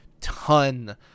ton